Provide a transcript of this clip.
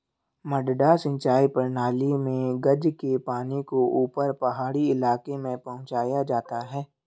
मडडा सिंचाई प्रणाली मे गज के पानी को ऊपर पहाड़ी इलाके में पहुंचाया जाता है